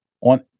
on